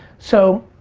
so,